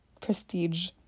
Prestige